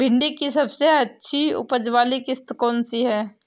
भिंडी की सबसे अच्छी उपज वाली किश्त कौन सी है?